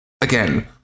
Again